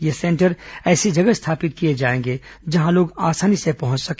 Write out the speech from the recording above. ये सेंटर ऐसी जगह स्थापित किए जाएंगे जहां लोग आसानी से पहंच सके